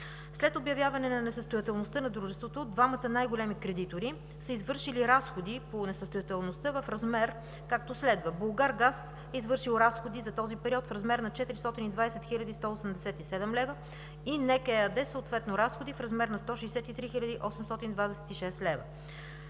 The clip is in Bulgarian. След обявяване на несъстоятелността на дружеството двамата най-големи кредитори са извършили разходи по несъстоятелността в размер, както следва: „Булгаргаз” е извършил разходи за този период в размер 420 187 лв. и НЕК ЕАД, съответно разходи в размер на 163 826 лв.